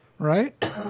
Right